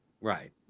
right